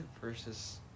versus